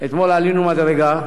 שאתמול עלינו מדרגה.